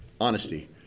honesty